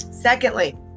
Secondly